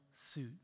suit